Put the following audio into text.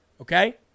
Okay